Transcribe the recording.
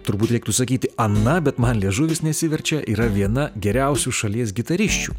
turbūt reiktų sakyti ana bet man liežuvis nesiverčia yra viena geriausių šalies gitarisčių